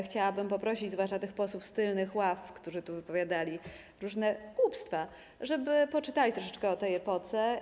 Chciałabym poprosić zwłaszcza posłów z tylnych ław, którzy wypowiadali różne głupstwa, żeby poczytali troszeczkę o tej epoce.